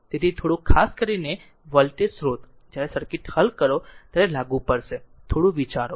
તેથી થોડુંક ખાસ કરીને વોલ્ટેજ સ્ત્રોત જ્યારે સર્કિટ હલ કરો ત્યારે લાગુ પડશે થોડું વિચારો